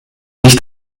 nicht